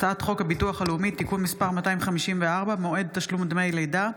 הצעת חוק הביטוח הלאומי (תיקון מס' 254) (מועד תשלום דמי לידה),